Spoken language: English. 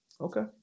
okay